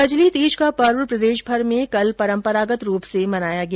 कजली तीज का पर्व प्रदेशभर में कल परम्परागत रूप से मनाया गया